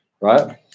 right